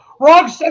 wrong